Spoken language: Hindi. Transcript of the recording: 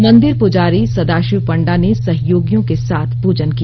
मंदिर पूजारी सदाशिव पंडा ने सहयोगियों के साथ पूजन किया